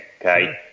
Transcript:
okay